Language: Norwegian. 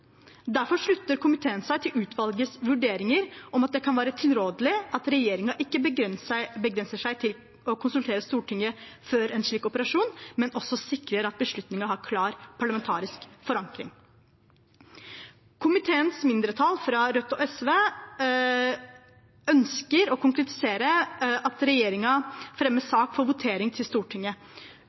Derfor slutter komiteen seg til utvalgets vurderinger om at det kan være tilrådelig at regjeringen ikke begrenser seg til å konsultere Stortinget før en slik operasjon, men også sikrer at beslutningen har klar parlamentarisk forankring. Komiteens mindretall, fra Rødt og SV, ønsker å konkretisere at regjeringen fremmer sak for votering til Stortinget,